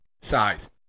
Size